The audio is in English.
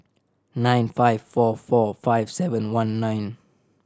nine five four four five seven one nine